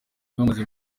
bamaze